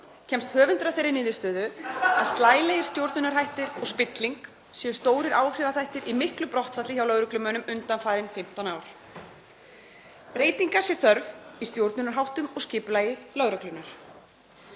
kemst höfundur að þeirri niðurstöðu [Kliður í þingsal.] að slælegir stjórnarhættir og spilling séu stórir áhrifaþættir í miklu brottfalli hjá lögreglumönnum undanfarin 15 ár. Breytinga sé þörf í stjórnarháttum og skipulagi lögreglunnar.